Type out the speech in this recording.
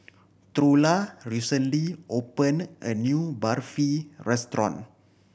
Trula recently opened a new Barfi restaurant